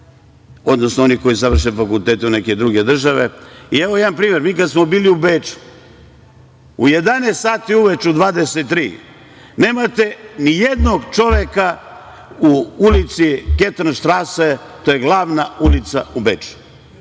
odnosno onih koji završe fakultete u neke druge države. I evo jedan primer, mi kada smo bili u Beču, u 11 sati uveče nemate ni jednog čoveka u ulici Ketern štrase, to je glavna ulica u Beču,